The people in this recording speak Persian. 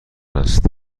است